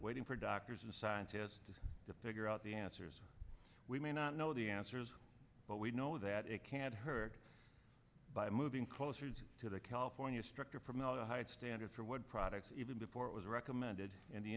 waiting for doctors a scientist to figure out the answers we may not know the answers but we know that it can't hurt by moving closer to the california structure from the highest standards for wood products even before it was recommended in the